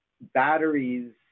batteries